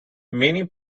many